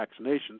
vaccinations